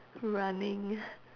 running